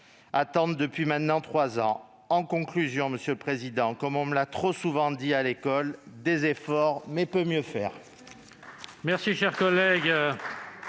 attendent depuis maintenant trois ans. En conclusion, comme on me l'a trop souvent dit à l'école :« des efforts, mais peut mieux faire